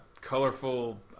colorful